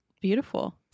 Beautiful